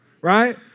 right